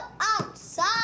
outside